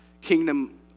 kingdom